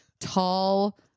tall